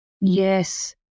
Yes